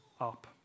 up